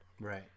Right